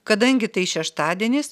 kadangi tai šeštadienis